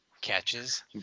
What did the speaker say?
catches